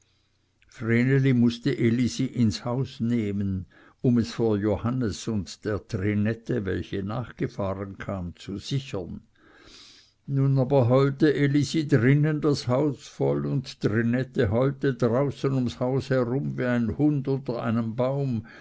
mußte elisi ins haus nehmen um es vor johannes und der trinette welche nachgefahren kam zu sichern nun aber heulte elisi drinnen das haus voll und trinette heulte draußen ums haus herum wie ein hund unter einem baum